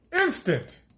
instant